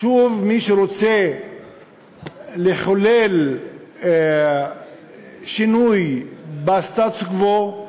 שוב מי שרוצה לחולל שינוי בסטטוס-קוו,